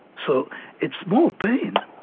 so it's more pain,